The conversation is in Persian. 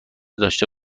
داشته